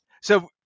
So-